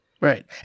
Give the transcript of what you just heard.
Right